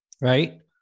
right